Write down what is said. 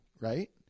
Right